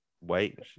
Wait